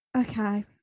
Okay